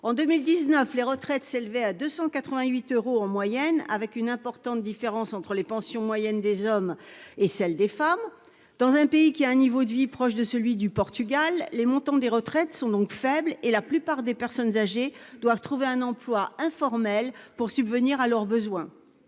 En 2019, les retraites s'élevaient à 288 euros en moyenne, avec une importante différence entre la pension moyenne des hommes et celle des femmes. Dans un pays où le niveau de vie est proche de celui du Portugal, les montants des retraites sont donc faibles et la plupart des personnes âgées doivent trouver un emploi informel pour subvenir à leurs besoins.